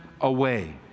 away